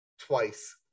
twice